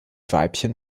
weibchen